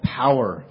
power